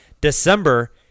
December